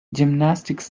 gymnastics